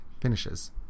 finishes